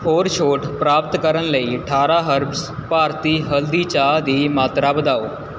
ਹੋਰ ਛੋਟ ਪ੍ਰਾਪਤ ਕਰਨ ਲਈ ਅਠਾਰਾਂ ਹਰਬਜ਼ ਭਾਰਤੀ ਹਲਦੀ ਚਾਹ ਦੀ ਮਾਤਰਾ ਵਧਾਓ